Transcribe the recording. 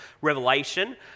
Revelation